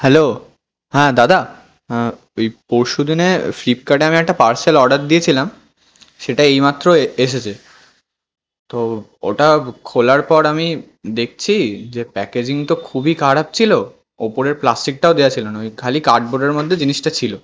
hello হ্যাঁ দাদা হ্যাঁ ওই পরশুদিনে ফ্লিপকার্টে আমি একটা পার্সেল অর্ডার দিয়েছিলাম সেটা এইমাত্র এ এসেছে তো ওটা খোলার পর আমি দেখছি যে প্যাকেজিং তো খুবই খারাপ ছিল ওপরের প্লাস্টিকটাও দেওয়া ছিল না ওই খালি কার্ডবোর্ডের মধ্যে জিনিসটা ছিল